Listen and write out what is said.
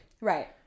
Right